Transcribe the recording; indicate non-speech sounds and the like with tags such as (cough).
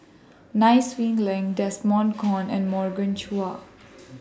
(noise) Nai Swee Leng Desmond Kon and Morgan Chua